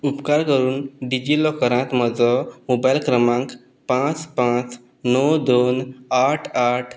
उपकार करून डिजिलॉकरांत म्हजो मोबायल क्रमांक पांच पांच णव दोन आठ आठ